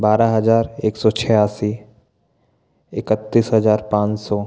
बारह हज़ार एक सौ छियासी इकत्तीस हज़ार पांच सौ